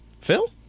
Phil